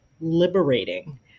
liberating